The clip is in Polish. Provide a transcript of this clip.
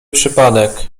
przypadek